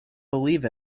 believe